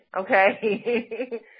Okay